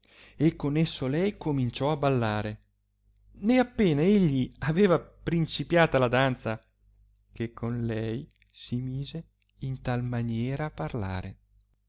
e con esso lei cominciò ballare né appena egli aveva principiata la danza che con lei si mise in tal maniera a parlare